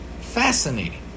Fascinating